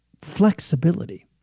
flexibility